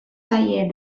zaie